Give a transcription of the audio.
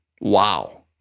Wow